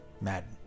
Madden